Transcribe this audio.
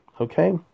okay